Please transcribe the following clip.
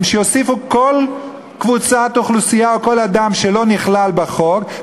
ויוסיפו כל קבוצת אוכלוסייה או כל אדם שלא נכלל בחוק,